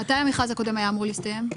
מתי המכרז הקודם היה אמור להסתיים?